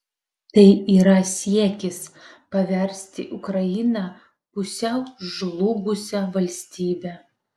tai yra siekis paversti ukrainą pusiau žlugusia valstybe